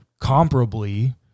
comparably